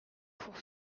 pour